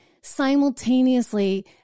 simultaneously